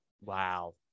Wow